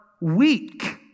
weak